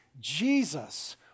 Jesus